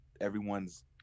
everyone's